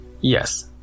Yes